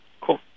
Cool